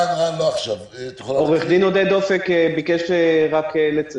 זאת נקודה קריטית שהייתי רוצה בכל זאת